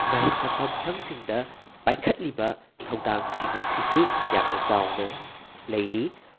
ꯃꯍꯩ ꯇꯝꯐꯝꯁꯪꯁꯤꯡꯗ ꯄꯥꯏꯈꯠꯂꯤꯕ ꯊꯧꯗꯥꯡꯁꯤꯡ ꯑꯁꯤꯁꯨ ꯌꯥꯝꯅ ꯆꯥꯎꯅ ꯂꯩꯔꯤ